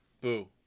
Boo